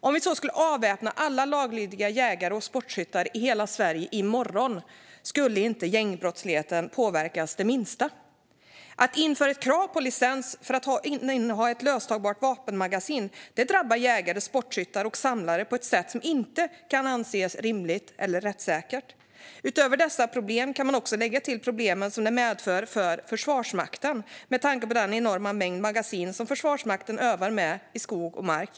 Om vi så skulle avväpna alla laglydiga jägare och sportskyttar i hela Sverige i morgon skulle det inte påverka gängbrottsligheten det minsta. Att det införs ett krav på licens för att inneha löstagbart vapenmagasin drabbar jägare, sportskyttar och samlare på ett sätt som inte kan anses rimligt eller rättssäkert. Utöver dessa problem kan man lägga till problemen som det medför för Försvarsmakten med tanke på den enorma mängd magasin som Försvarsmakten övar med i skog och mark.